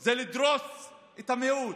זה לדרוס את המיעוט.